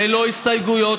ללא הסתייגויות,